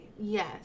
Yes